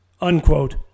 unquote